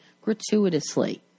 gratuitously